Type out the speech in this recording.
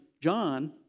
John